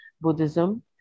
Buddhism